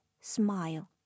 smile